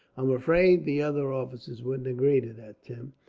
i'm afraid the other officers wouldn't agree to that, tim,